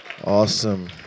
Awesome